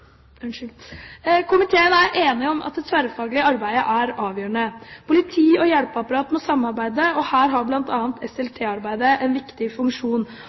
Komiteen er enig om at det tverrfaglige arbeidet er avgjørende. Politi og hjelpeapparat må samarbeide, og her har bl.a. SLT-arbeidet en viktig funksjon.